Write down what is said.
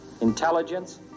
intelligence